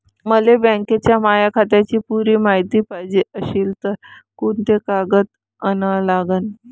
मले बँकेच्या माया खात्याची पुरी मायती पायजे अशील तर कुंते कागद अन लागन?